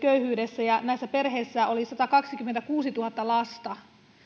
köyhyydessä ja näissä perheissä oli satakaksikymmentäkuusituhatta lasta